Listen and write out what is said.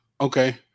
okay